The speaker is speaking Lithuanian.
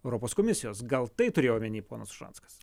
europos komisijos gal tai turėjo omeny ponas ušackas